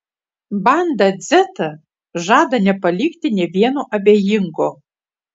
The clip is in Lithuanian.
banda dzeta žada nepalikti nė vieno abejingo